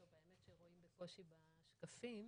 בשקפים